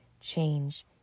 change